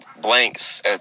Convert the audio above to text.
blanks